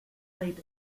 played